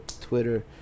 Twitter